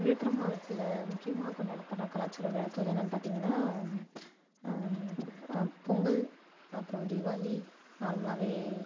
விழுப்புரம் மாவட்டத்தில் முக்கியமாக கொண்டாடப்பட கலாச்சார விழாக்கள் என்னான்னு பார்த்திங்கன்னா பொங்கல் அப்பறம் தீபாளி நார்மலாகவே